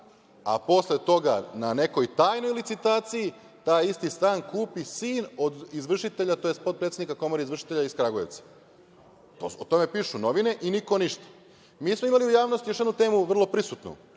a posle toga na nekoj tajnoj licitaciji taj isti stan kupi sin od izvršitelja tj. potpredsednika Komore izvršitelja iz Kragujevca. O tome pišu novine i nikom ništa. Mi smo imali u javnosti još jednu temu, vrlo prisutnu,